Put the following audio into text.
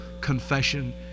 confession